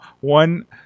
One